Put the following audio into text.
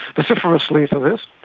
vociferously, for this.